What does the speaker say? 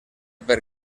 per